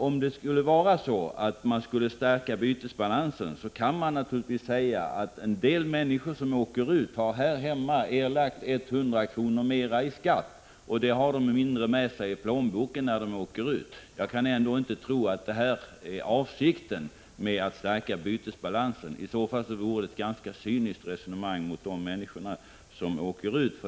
Om det skulle vara så att bytesbalansen skall stärkas, kan man naturligtvis säga att en del människor som åker utomlands här hemma har erlagt 100 kr. mera i skatt och har 100 kr. mindre med sig i plånboken när de åker. Jag kan ändå inte tro att avsikten var att bytesbalansen skulle stärkas på detta sätt. Det vore i så fall ett ganska cyniskt resonemang gentemot de människor som åker utomlands.